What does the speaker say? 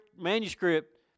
manuscript